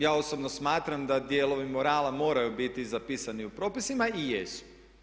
Ja osobno smatram da dijelovi morala moraju biti zapisani u propisima, i jesu.